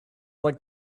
like